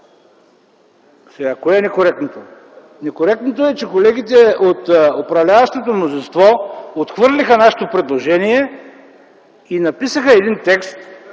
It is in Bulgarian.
Кое е некоректното? Некоректното е, че колегите от управляващото мнозинство отхвърлиха нашето предложение и написаха текст,